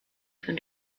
von